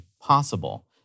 possible